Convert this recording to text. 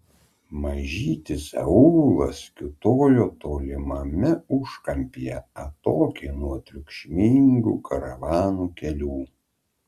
mažytis aūlas kiūtojo tolimame užkampyje atokiai nuo triukšmingų karavanų kelių